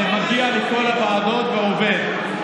ומגיע לכל הוועדות ועובד.